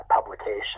publication